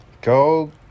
Go